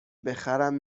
بخرم